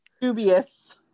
dubious